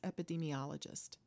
epidemiologist